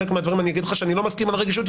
חלק מהדברים אני אגיד לך שאני לא מסכים על הרגישות,